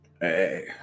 Hey